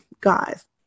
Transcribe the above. Guys